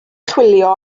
chwilio